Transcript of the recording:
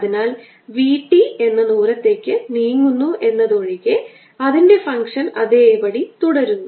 അതിനാൽ അത് v t എന്ന ദൂരത്തേക്ക് നീങ്ങുന്നു എന്നതൊഴികെ അതിൻറെ ഫംഗ്ഷൻ അതേപടി തുടരുന്നു